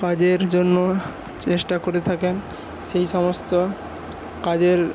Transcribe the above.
কাজের জন্য চেষ্টা করে থাকেন সেই সমস্ত কাজের